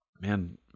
man